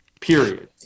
period